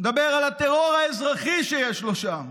הוא מדבר על הטרור האזרחי שיש לו שם,